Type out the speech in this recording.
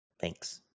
Thanks